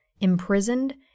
imprisoned